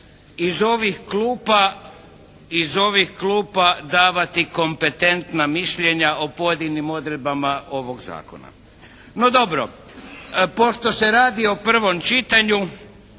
iz ovih klupa davati kompetentna mišljenja o pojedinim odredbama ovog zakona. No dobro, pošto se radi o prvom čitanju